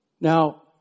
Now